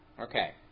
Okay